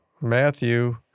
matthew